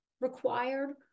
required